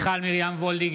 בעד מיכל מרים וולדיגר,